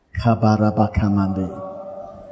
Kabarabakamande